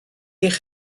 eich